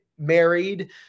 married